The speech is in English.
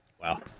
wow